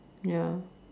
ya